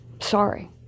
sorry